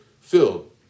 filled